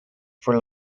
for